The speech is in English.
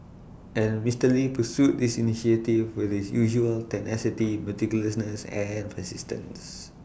and Mister lee pursued this initiative with his usual tenacity meticulousness and persistence